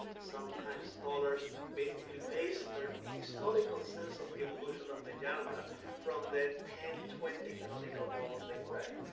sometimes scholars basically based their historical sense of the evolution of the genre from that ten, twenty, canonical novels they've read.